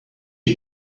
you